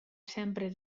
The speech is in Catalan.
sempre